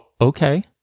okay